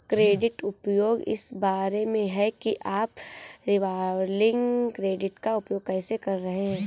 credit उपयोग इस बारे में है कि आप रिवॉल्विंग क्रेडिट का उपयोग कैसे कर रहे हैं